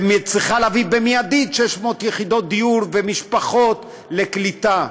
שמצליחה להביא מיידית 600 יחידות דיור ומשפחות לקליטה.